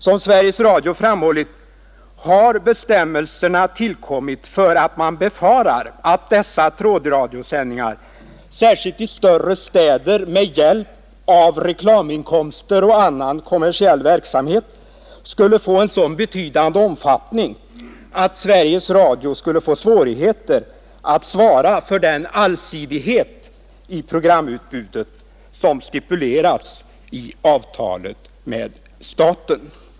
Som Sveriges Radio framhållit har bestämmelserna tillkommit för att man befarar att dessa trådradiosändningar, särskilt i större städer, med hjälp av reklaminkomster och annan kommersiell verksamhet skulle få en så betydande omfattning att Sveriges Radio skulle få svårigheter att svara för den allsidighet i programutbudet som stipuleras i avtalet med staten.